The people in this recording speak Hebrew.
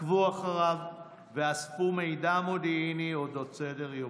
עקבו אחריו ואספו מידע מודיעיני על אודות סדר-יומו.